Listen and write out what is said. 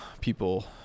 people